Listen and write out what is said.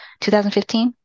2015